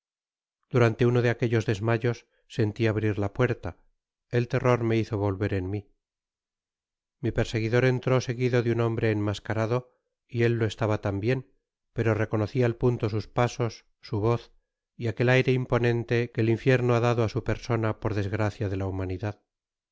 durante uno de aquellos desmayos senti abrir la puerta el terror me hizo volver en mi mi perseguidor entró seguido de un hombre enmascarado y él lo estaba tambien pero reconoci al punto sus pasos su voz y aquel aire imponente que el infierno ha dado á su persona por desgracia de la humanidad